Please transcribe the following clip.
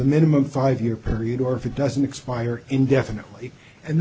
the minimum five year period or if it doesn't expire indefinitely and